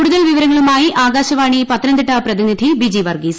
കൂടുതൽ വിവരങ്ങളുമായി ആകാശ്വാണി പത്തനംതിട്ട പ്രതിനിധി ബിജി വർഗ്ഗീസ്